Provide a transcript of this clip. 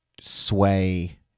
sway